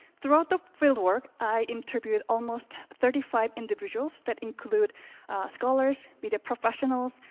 throughout the field work i interviewed almost thirty five individuals that included scholars, media professionals,